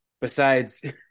besides-